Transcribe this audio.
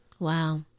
Wow